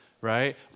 Right